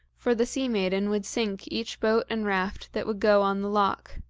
for the sea-maiden would sink each boat and raft that would go on the loch.